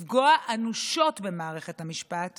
לפגוע אנושות במערכת המשפט